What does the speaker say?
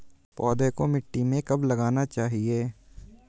पौधे को मिट्टी में कब लगाना चाहिए?